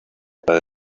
para